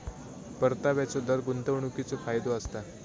परताव्याचो दर गुंतवणीकीचो फायदो असता